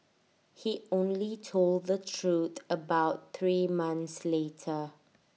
he only told the truth about three months later